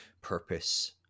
purpose